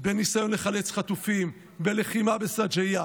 בניסיון לחלץ חטופים, בלחימה בשג'אעיה?